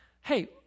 hey